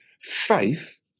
faith